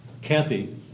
Kathy